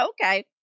Okay